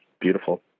beautiful